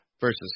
versus